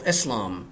Islam